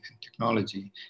technology